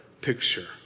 picture